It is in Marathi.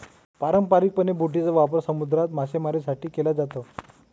पारंपारिकपणे, बोटींचा वापर समुद्रात मासेमारीसाठी केला जातो